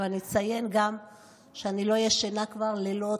ואני אציין גם שאני לא ישנה כבר לילות,